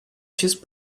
just